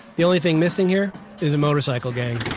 the only thing missing here is a motorcycle gang